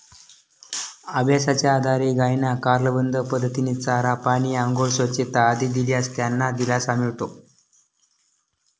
अभ्यासाच्या आधारे गायींना कालबद्ध पद्धतीने चारा, पाणी, आंघोळ, स्वच्छता आदी दिल्यास त्यांना दिलासा मिळतो